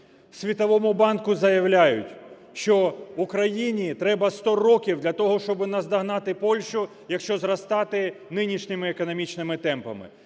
Світовому банку заявляють, що Україні треба 100 років для того, щоб наздогнати Польщу, якщо зростати нинішніми економічними темпами.